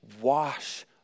wash